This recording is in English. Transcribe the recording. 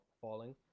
falling